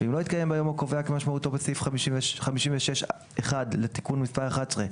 ואם לא התקיים ביום הקובע כמשמעותו בסעיף 56(1) לתיקון מס' 11,